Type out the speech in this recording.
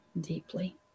deeply